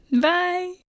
Bye